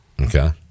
Okay